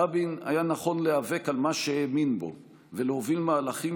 רבין היה נכון להיאבק על מה שהאמין בו ולהוביל מהלכים